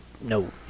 no